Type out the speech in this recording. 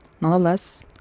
nonetheless